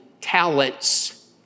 talents